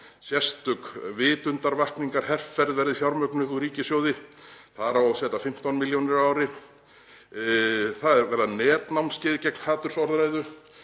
Sérstök vitundarvakningarherferð verði fjármögnuð úr ríkissjóði. Þar á að setja 15 milljónir á ári. Það verða netnámskeið gegn hatursorðræðu